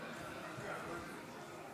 ההצבעה.